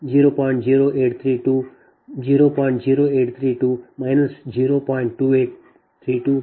0832 0